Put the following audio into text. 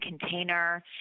container